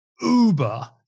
uber